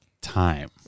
Time